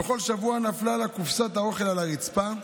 בכל שבוע נפלה לה קופסת האוכל על הרצפה.